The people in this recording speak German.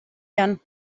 gern